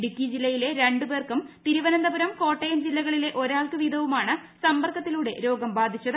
ഇടുക്കി ജില്ലയിലെ രണ്ട് പേർക്കും തിരുവനന്തപുരം കോട്ടയം ജില്ലകളിലെ ഒരാൾക്ക് വീതവുമാണ് സമ്പർക്കത്തിലൂടെ രോഗം ബാധിച്ചത്